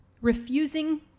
refusing